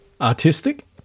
artistic